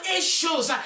issues